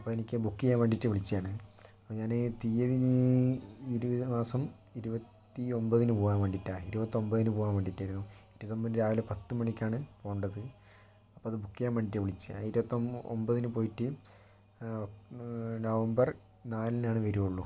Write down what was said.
അപ്പൊ എനിക്ക് ബുക്ക് ചെയ്യാൻ വേണ്ടീട്ട് വിളിച്ചതാണ് ഞാൻ തീയതി ഈ ഒരു മാസം ഇരുപത്തി ഒമ്പതിന് പോകാൻ വേണ്ടീട്ടാ ഇരുപത്തി ഒമ്പതിന് പോകാൻ വേണ്ടീട്ടായിരുന്നു ഇരുപത്തി ഒമ്പതിന് രാവിലെ പത്ത് മണിക്കാണ് പോകേണ്ടത് അപ്പോ അത് ബുക്ക് ചെയ്യാൻ വേണ്ടിയിട്ടാ വിളിച്ചത് ഇരുപത്തി ഒമ്പതിന് പോയിട്ട് ഒക് നവംബർ നാലിനാണ് വരികയുള്ളൂ